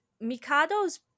Mikado's